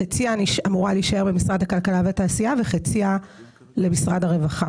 חציה אמורה להישאר במשרד הכלכלה והתעשייה וחציה למשרד הרווחה.